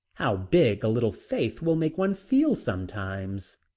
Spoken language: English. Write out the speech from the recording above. how big a little faith will make one feel sometimes.